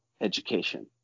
education